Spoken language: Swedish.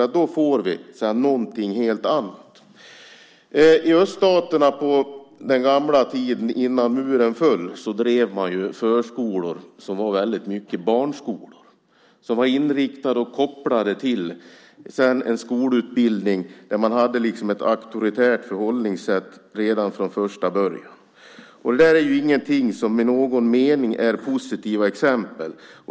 Då får vi sedan något helt annat. På den gamla tiden, innan muren föll, drev man i öststaterna förskolor som i stor utsträckning var barnskolor. De var inriktade mot och kopplade till en skolutbildning där man hade ett auktoritärt förhållningssätt redan från första början. Detta är inte i någon mening positiva exempel.